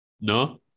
No